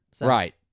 Right